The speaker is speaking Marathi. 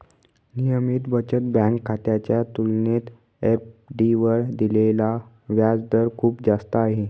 नियमित बचत बँक खात्याच्या तुलनेत एफ.डी वर दिलेला व्याजदर खूप जास्त आहे